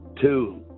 two